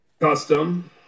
Custom